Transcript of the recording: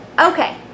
Okay